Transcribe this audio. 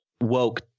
Woke